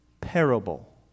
parable